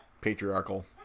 patriarchal